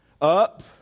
up